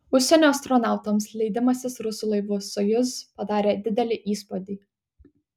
užsienio astronautams leidimasis rusų laivu sojuz padarė didelį įspūdį